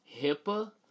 HIPAA